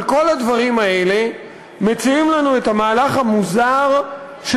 על כל הדברים האלה מציעים לנו את המהלך המוזר של